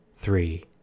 Three